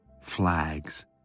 flags